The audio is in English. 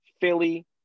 Philly